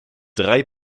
drei